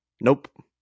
nope